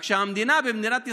רק שבמדינה, במדינת ישראל,